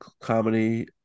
comedy